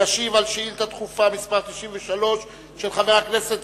וישיב על שאילתא דחופה מס' 93 של חבר הכנסת